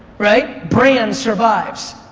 right, brand survives.